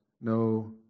no